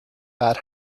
bad